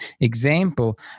example